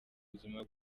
buzima